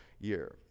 year